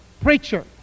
preacher